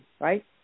right